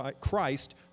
Christ